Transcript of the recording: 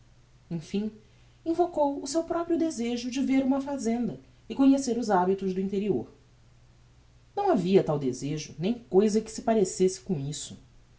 emfim invocou o seu proprio desejo de ver uma fazenda e conhecer os habitos do interior não havia tal desejo nem cousa que se parecesse com isso